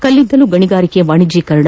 ಕಲ್ಲಿದ್ದಲು ಗಣಿಗಾರಿಕೆ ವಾಣಿಜ್ಯೀಕರಣ